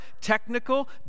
technical